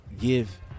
give